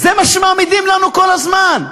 זה מה שמעמידים לנו כל הזמן.